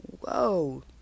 Whoa